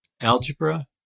algebra